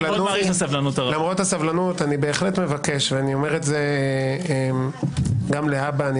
למרות הסבלנות אני בהחלט מבקש ואומר גם להבא אני